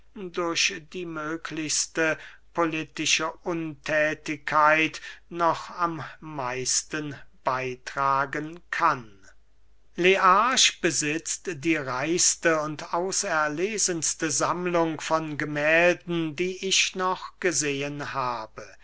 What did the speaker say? durch die möglichste politische unthätigkeit noch am meisten beytragen kann learch besitzt die reichste und auserlesenste sammlung von gemählden die ich noch gesehen habe